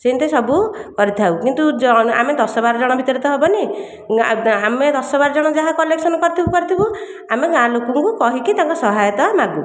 ସେମିତି ସବୁ କରିଥାଉ କିନ୍ତୁ ଆମେ ଦଶ ବାରଜଣ ଭିତରେ ତ ହେବନି ନା ଆମେ ଦଶ ବାରଜଣ ଯାହା କଲେକ୍ସନ କରିଥିବୁ କରିଥିବୁ ଆମେ ଗାଁ ଲୋକଙ୍କୁ କହିକି ତାଙ୍କ ସହାୟତା ମାଗୁ